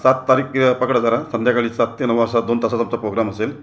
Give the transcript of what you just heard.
सात तारीख आहे पकडा जरा संध्याकाळी सात ते नऊ असा दोन तासाचा आमचा पोग्राम असेल